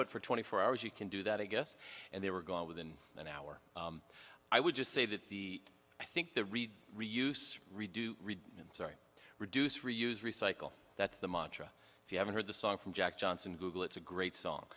but for twenty four hours you can do that i guess and they were gone within an hour i would just say that the i think the reed reuse redo and reduce reuse recycle that's the mantra if you haven't heard the song from jack johnson google it's a great song